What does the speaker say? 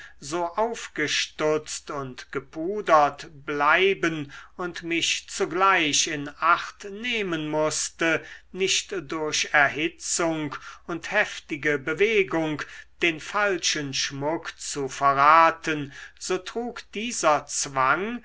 so aufgestutzt und gepudert bleiben und mich zugleich in acht nehmen mußte nicht durch erhitzung und heftige bewegung den falschen schmuck zu verraten so trug dieser zwang